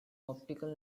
optical